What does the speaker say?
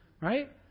Right